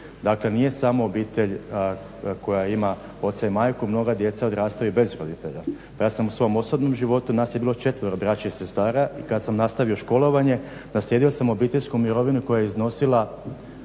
Dakle, nije samo obitelj koja ima oca i majku, mnoga djeca odrastaju bez roditelja. Ja sam u svom osobnom životu, nas je bilo četvero braće i sestara i kad sam nastavio školovanje, naslijedio sam obiteljsku mirovinu koja je iznosila,